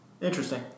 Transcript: Interesting